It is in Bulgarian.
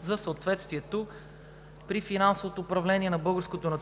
за съответствието при финансовото управление на Българското